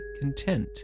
content